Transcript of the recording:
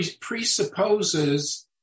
presupposes